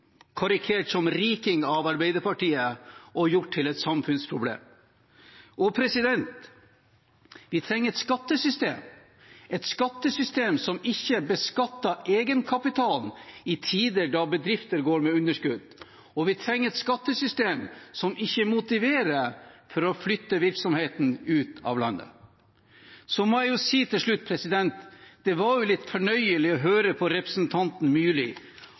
som riking av Arbeiderpartiet og gjort til et samfunnsproblem. Vi trenger et skattesystem som ikke beskatter egenkapital i tider da bedrifter går med underskudd. Og vi trenger et skattesystem som ikke motiverer til å flytte virksomheten ut av landet. Jeg må til slutt si at det var litt fornøyelig å høre på representanten Myrli.